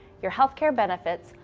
your healthcare benefits,